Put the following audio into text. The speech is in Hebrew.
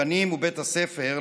הגנים ובית הספר,